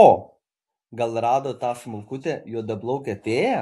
o gal rado tą smulkutę juodaplaukę fėją